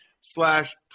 slash